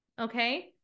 Okay